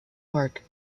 park